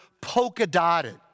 polka-dotted